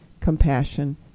compassion